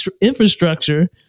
infrastructure